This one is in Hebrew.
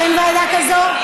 אין ועדה כזאת?